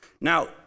Now